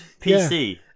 PC